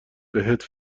بهت